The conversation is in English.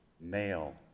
male